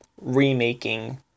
remaking